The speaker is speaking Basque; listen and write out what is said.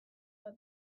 bat